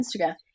Instagram